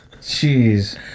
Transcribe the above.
Jeez